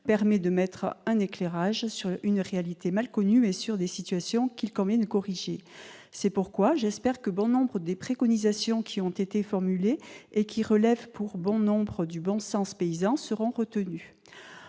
permet de mettre un éclairage sur une réalité mal connue et sur des situations qu'il convient de corriger. C'est pourquoi j'espère que de nombreuses préconisations qui ont été formulées et qui relèvent, pour bon nombre d'entre elles, du bon sens paysan, seront retenues.